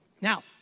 Now